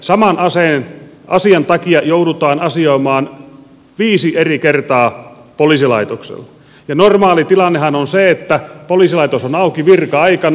elikkä saman asian takia joudutaan asioimaan viisi eri kertaa poliisilaitoksella ja normaalitilannehan on se että poliisilaitos on auki virka aikana